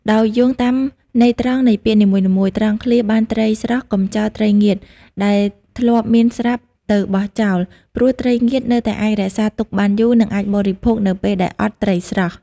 ដោយយោងតាមន័យត្រង់នៃពាក្យនីមួយៗ ត្រង់ឃ្លា បានត្រីស្រស់ កុំចោលត្រីងៀតដែលធ្លាប់មានស្រាប់ទៅបោះចោល ព្រោះត្រីងៀតនៅតែអាចរក្សាទុកបានយូរ និងអាចបរិភោគនៅពេលដែលអត់ត្រីស្រស់។